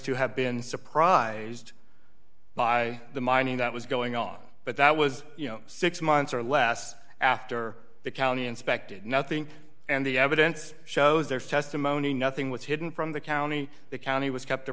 to have been surprised by the mining that was going on but that was six months or less after the county inspected nothing and the evidence shows there testimony nothing was hidden from the county the county was kept a